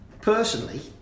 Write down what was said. Personally